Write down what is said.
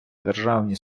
державні